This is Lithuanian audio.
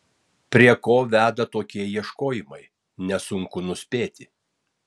prie ko veda tokie ieškojimai nesunku nuspėti